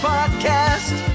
Podcast